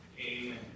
Amen